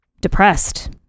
depressed